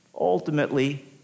ultimately